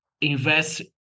invest